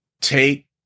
Take